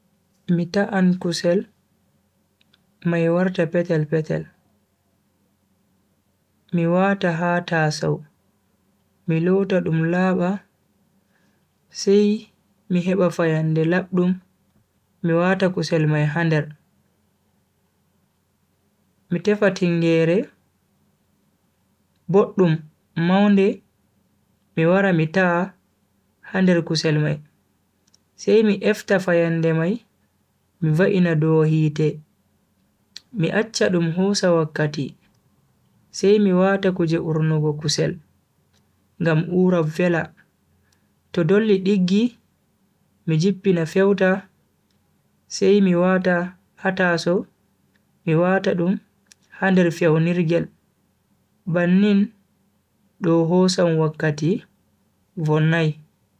Mi ta'an kusel mai warta petel petel, mi wat ha tasow, mi lota dum laaba sai mi heba fayande labdum mi wata kusel mai ha nder, mi tefa tingeere boddum maunde mi wara mi ta'a ha nder kusel mai, sai mi efta fayande mai mi va'ina do hite mi accha dum hosa wakkati sai mi wata kuje urnugo kusel, ngam u'ra vela, to dolli diggi mi jippina fewta sai mi pofta mi wata ha tasow, mi wata dum ha nder fewnirgel. bannin do hosan wakkati vonnai.